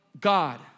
God